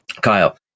Kyle